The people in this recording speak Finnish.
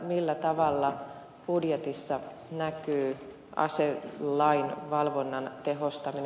millä tavalla budjetissa näkyy aselain valvonnan tehostaminen